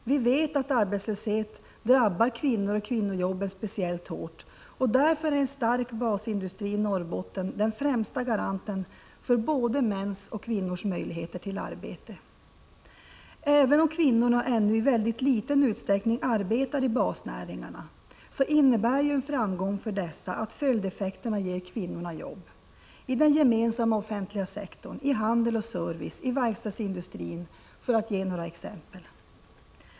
Vi vet att arbetslöshet drabbar kvinnor och kvinnojobben speciellt hårt, och därför är en stark basindustri i Norrbotten den främsta garanten för både mäns och kvinnors möjligheter till arbete. Även om kvinnorna ännu i väldigt liten utsträckning arbetar i basnäringarna, innebär ju en framgång för dessa att följdeffekterna ger kvinnorna jobb i den gemensamma offentliga sektorn, i handel och service, i verkstadsindustrin, för att ge några exempel.